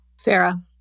Sarah